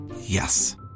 Yes